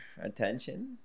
attention